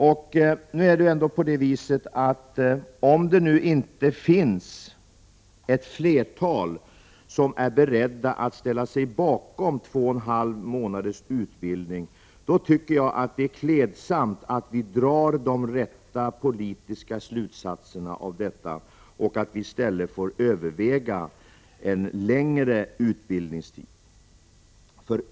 Om det nu inte finns ett flertal som är redo att ställa sig bakom två och en halv månaders utbildning, tycker jag att det är klädsamt att vi drar de rätta politiska slutsatserna av detta och i stället överväger en längre utbildningstid.